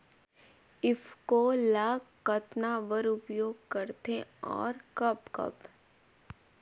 ईफको ल कतना बर उपयोग करथे और कब कब?